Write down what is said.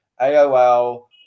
AOL